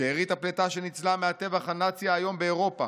"שארית הפלטה שניצלה מהטבח הנאצי האיום באירופה